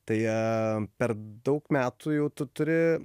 tai e per daug metų jau tu turi